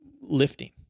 lifting